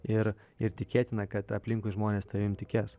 ir ir tikėtina kad aplinkui žmonės tavim tikės